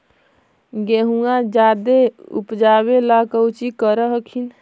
गेहुमा जायदे उपजाबे ला कौची कर हखिन?